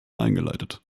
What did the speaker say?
eingeleitet